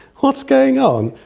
what's going on?